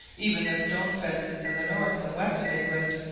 even the stone fences in the north and west of england,